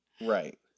Right